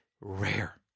rare